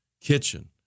Kitchen